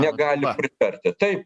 negali pritarti taip